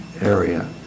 area